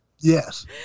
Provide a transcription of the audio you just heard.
Yes